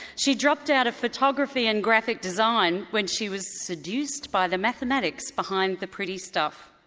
she dropped out of photography and graphic design when she was seduced by the mathematics behind the pretty stuff.